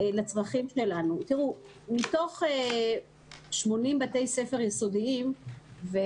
מתוך 80 בתי ספר יסודיים,